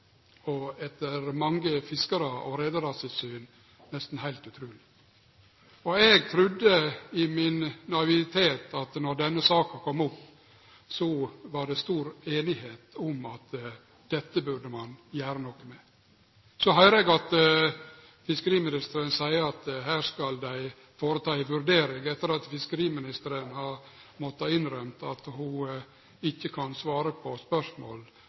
og etter mange fiskarar og reiarar sitt syn – nesten heilt utruleg. Eg trudde i min naivitet at når denne saka kom opp, ville det vere stor einigheit om at dette burde ein gjere noko med. Så høyrer eg at fiskeriministeren seier at her skal dei gjere ei vurdering, etter at fiskeriministeren har måtta innrømme at ho ikkje kan svare på spørsmål